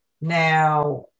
Now